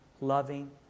loving